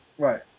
Right